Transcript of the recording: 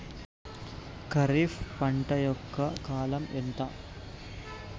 ఖరీఫ్ పంట యొక్క కాలం ఎంత?